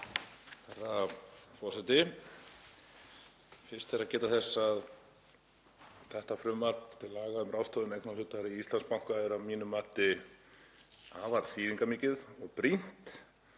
Herra forseti. Fyrst ber að geta þess að þetta frumvarp til laga, um ráðstöfun eignarhlutar í Íslandsbanka, er að mínu mati afar þýðingarmikið og brýnt